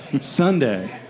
Sunday